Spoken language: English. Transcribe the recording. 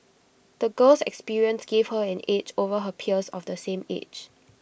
the girl's experiences gave her an edge over her peers of the same age